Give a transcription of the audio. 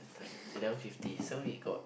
time it's eleven fifty so we got